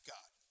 God